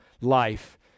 life